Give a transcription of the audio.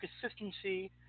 consistency